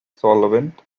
solvent